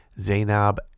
Zainab